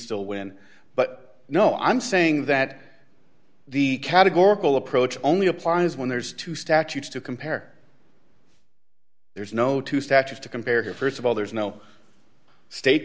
still win but no i'm saying that the categorical approach only applies when there's two statutes to compare there's no two statutes to compare here st of all there is no state